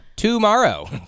Tomorrow